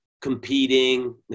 competing